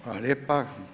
Hvala lijepa.